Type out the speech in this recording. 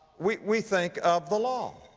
we, we think of the law.